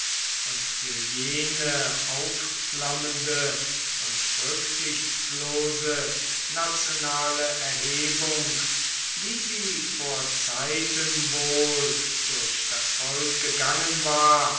und für jene aufflammende und rücksichtslose nationale erhebung wie sie vor zeiten wohl durch das volk gegangen war